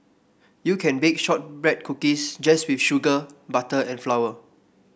you can bake shortbread cookies just with sugar butter and flour